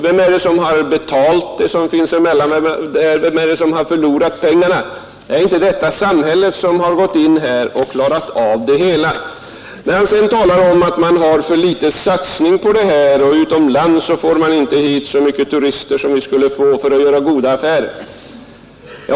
Vem är det som har betalat det som fattades? Vem är det som har förlorat pengarna? Är det inte samhället som har gått in och klarat av det hela? Herr Ekinge talar sedan om att man har för litet satsning på detta område och att man inte får hit så mycket turister från utlandet som vi behövde få för att göra goda affärer.